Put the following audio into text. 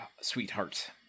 sweetheart